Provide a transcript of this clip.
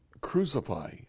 crucify